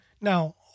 Now